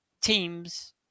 team's